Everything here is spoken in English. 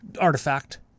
artifact